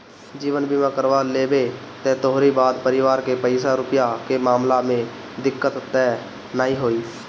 जीवन बीमा करवा लेबअ त तोहरी बाद परिवार के पईसा रूपया के मामला में दिक्कत तअ नाइ होई